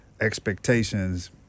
expectations